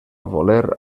voler